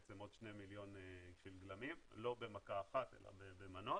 עוד 2 מיליון גלמים, לא במכה אחת אלא במנות.